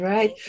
Right